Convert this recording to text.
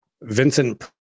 Vincent